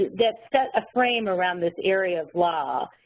that set a frame around this area of law.